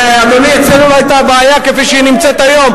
אדוני, אצלנו לא היתה הבעיה כפי שהיא היום.